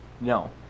No